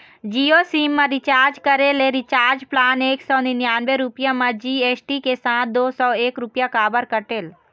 Jio sim मा recharge करे ले रिचार्ज प्लान एक सौ निन्यानबे रुपए मा जी.एस.टी के साथ दो सौ एक रुपया काबर कटेल?